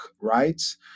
rights